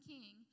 King